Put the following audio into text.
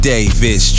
David